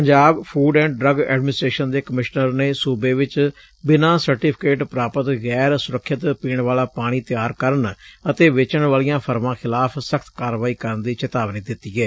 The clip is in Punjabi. Punjab food and drug administration ਦੇ ਕਮਿਸ਼ਨਰ ਨੇ ਸੁਬੇ ਵਿਚ ਬਿਨਾਂ ਸਰਟੀਫੀਕੇਟ ਪ੍ਾਪਤ ਗੈਰ ਸੁਰੱਖਿਅਤ ਪੀਣ ਵਾਲਾ ਪਾਣੀ ਤਿਆਰ ਕਰਨ ਅਤੇ ਵੇਚਣ ਵਾਲੀਆਂ ਫਰਮਾਂ ਖਿਲਾਫ਼ ਸਖ਼ਤ ਕਾਰਵਾਈ ਕਰਨ ਦੀ ਚੇਤਾਵਨੀ ਦਿੱਤੀ ਏ